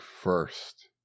first